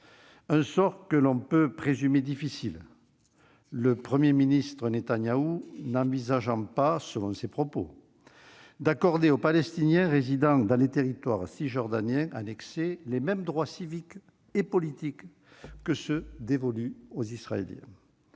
; sort que l'on peut présumer difficile, le Premier ministre Netanyahou n'envisageant pas, selon ses propos, d'accorder aux Palestiniens résidant dans les territoires cisjordaniens annexés les mêmes droits civiques et politiques que ceux qui sont dévolus aux Israéliens.